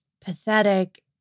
pathetic